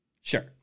Sure